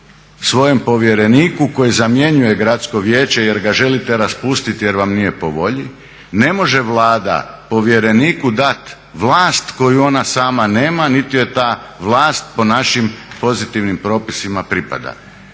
svojem povjereniku koji zamjenjuje Gradsko vijeće jer ga želite raspustiti jer vam nije po volji, ne može Vlada povjereniku dati vlast koju ona sama nema niti joj ta vlast po našim pozitivnim propisima pripada.